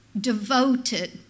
devoted